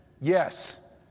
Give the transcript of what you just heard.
Yes